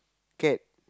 cat